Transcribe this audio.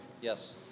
Yes